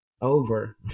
over